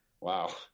Wow